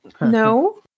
no